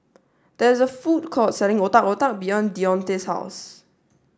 there is a food court selling Otak Otak behind Deonte's house